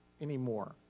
anymore